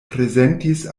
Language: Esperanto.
prezentis